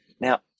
now